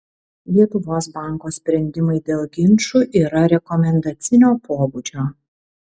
lietuvos banko sprendimai dėl ginčų yra rekomendacinio pobūdžio